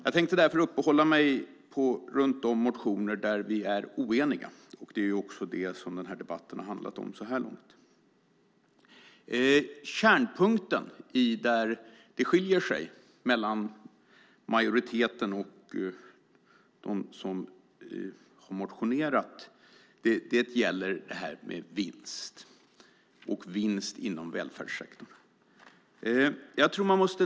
Jag tänker uppehålla mig vid de motioner där vi är oeniga, vilket också är vad denna debatt har handlat om så här långt. Kärnpunkten där det skiljer sig mellan majoriteten och dem som motionerat är vinst i välfärdssektorn.